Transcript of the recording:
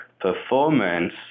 performance